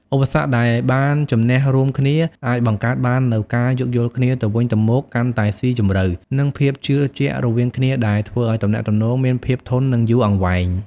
ឧបសគ្គដែលបានជម្នះរួមគ្នា អាចបង្កើតបាននូវការយោគយល់គ្នាទៅវិញទៅមកកាន់តែស៊ីជម្រៅ និងភាពជឿជាក់រវាងគ្នា ដែលធ្វើឱ្យទំនាក់ទំនងមានភាពធន់ និងយូរអង្វែង។